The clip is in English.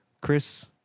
Chris